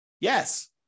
Yes